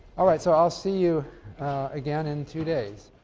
alright, so i'll see you again in two days.